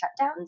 shutdowns